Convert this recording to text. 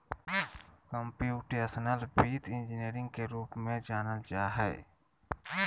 computational वित्त engineering के रूप में जानल जा हइ